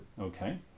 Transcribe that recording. Okay